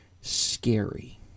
scary